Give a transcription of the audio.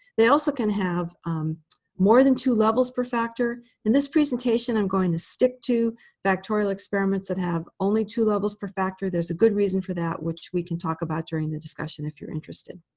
they also can have more than two levels per factor. in this presentation, i'm going to stick to factorial experiments that have only two levels per factor. there's a good reason for that which we can talk about during the discussion if you're interested.